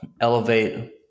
elevate